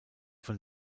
von